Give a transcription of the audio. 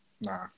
Nah